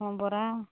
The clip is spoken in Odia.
ହଁ ପରା